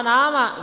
Nama